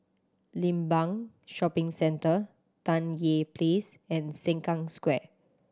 Limbang Shopping Centre Tan Tye Place and Sengkang Square